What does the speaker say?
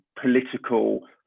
political